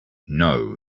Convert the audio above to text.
know